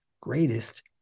greatest